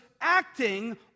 acting